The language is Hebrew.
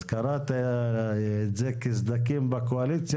אז קראת את זה כסדקים בקואליציה,